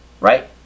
Right